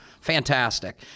Fantastic